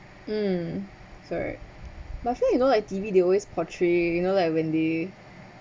mm its alright my friend you know like T_V they always portray you know like when they